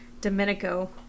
Domenico